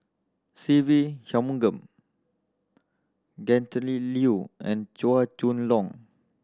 Se Ve Shanmugam Gretchen Liu and Chua Chong Long